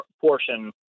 portion